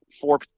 four